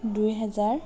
দুই হাজাৰ